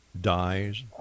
dies